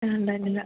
ആ ഉണ്ടായിരുന്നില്ല